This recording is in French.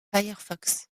firefox